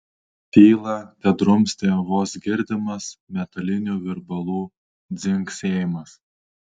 tylą tedrumstė vos girdimas metalinių virbalų dzingsėjimas